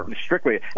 strictly